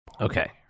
okay